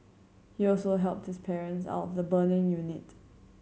he also helped this parents out the burning unit